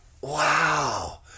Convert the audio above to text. Wow